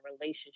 relationship